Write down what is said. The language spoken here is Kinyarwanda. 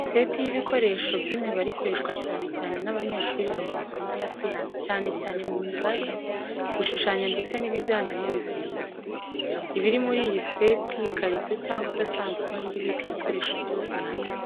Iseti y’ibikoresho by’imibare ikoreshwa cyane n’abanyeshuri mu masomo ya siyansi cyane cyane mu mibare igishushanyo ndetse n’ibijyanye n’ubugenge. Ibiri muri iyi seti ikarito cyangwa agasanduku niyo ibika ibikoresho byose hamwe,